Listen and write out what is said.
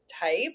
type